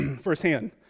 Firsthand